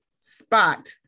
spot